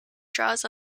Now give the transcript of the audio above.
draws